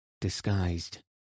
Disguised